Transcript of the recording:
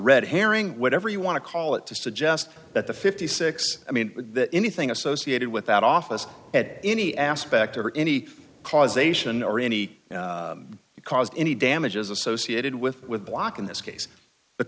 red herring whatever you want to call it to suggest that the fifty six i mean anything associated with that office at any aspect or any causation or any cause any damage is associated with with block in this case the